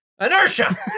inertia